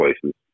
places